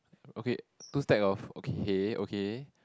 okay two stack of okay okay